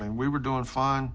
and we were doing fine